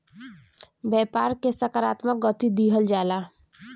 व्यापार के सकारात्मक गति दिहल जाला